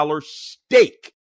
stake